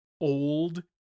old